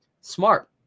Smart